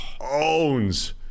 owns